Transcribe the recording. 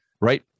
right